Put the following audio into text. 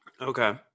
okay